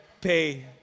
pay